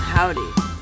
Howdy